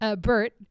Bert